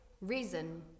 reason